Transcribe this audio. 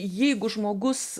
jeigu žmogus